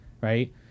Right